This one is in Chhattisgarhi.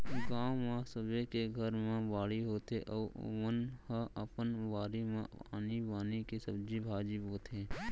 गाँव म सबे के घर म बाड़ी होथे अउ ओमन ह अपन बारी म आनी बानी के सब्जी भाजी बोथे